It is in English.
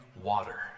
water